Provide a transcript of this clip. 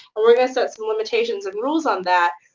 and we're gonna set some limitations and rules on that,